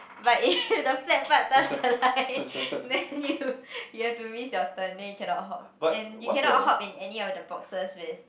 but if the flat part touch the line then you you have to miss your turn then you cannot hop and you cannot hop in any of the boxes with